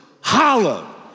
hollow